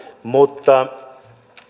mutta